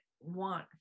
want